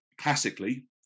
Classically